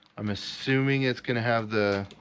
i'm assuming it's going to have the